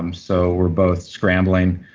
um so we're both scrambling.